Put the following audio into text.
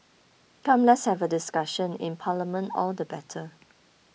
come let's have a discussion in Parliament all the better